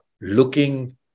looking